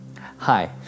Hi